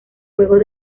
juegos